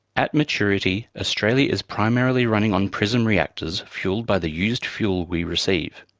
at maturity, australia is primarily running on prism reactors fuelled by the used fuel we received.